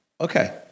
okay